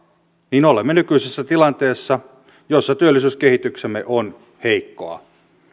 niin olemme nykyisessä tilanteessa jossa työllisyyskehityksemme on heikkoa